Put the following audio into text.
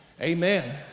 amen